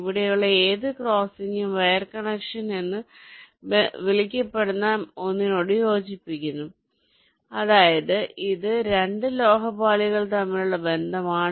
ഇവിടെയുള്ള ഏത് ക്രോസിംഗും വയർ കണക്ഷൻ എന്ന് വിളിക്കപ്പെടുന്ന ഒന്നിനോട് യോജിക്കുന്നു അതായത് ഇത് 2 ലോഹ പാളികൾ തമ്മിലുള്ള ബന്ധമാണ്